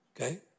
Okay